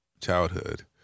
childhood